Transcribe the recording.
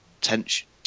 Tension